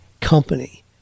company